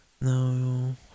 No